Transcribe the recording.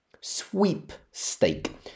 Sweepstake